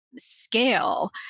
scale